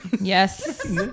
Yes